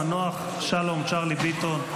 המנוח שלום צ'רלי ביטון,